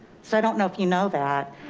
so i don't know if you know that,